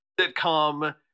sitcom